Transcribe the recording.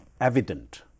evident